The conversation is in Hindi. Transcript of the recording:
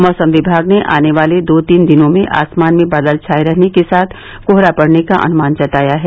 मौसम विमाग ने आने वाले दो तीन दिनों में आसमान में बादल छाये रहने के साथ कोहरा पड़ने का अनुमान जताया है